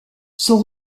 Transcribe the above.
son